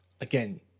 again